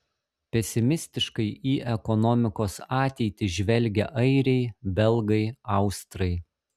pesimistiškai į ekonomikos ateitį žvelgia airiai belgai austrai